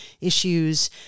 issues